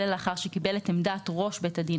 אלא לאחר שקיבל את עמדת ראש בית הדין